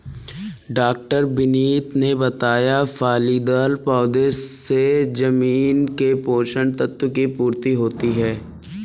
डॉ विनीत ने बताया फलीदार पौधों से जमीन के पोशक तत्व की पूर्ति होती है